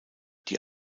die